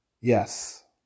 Yes